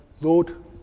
Lord